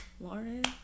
Lauren